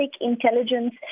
intelligence